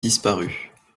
disparues